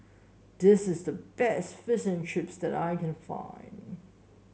this is the best Fish and Chips that I can find